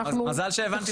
תתייחסו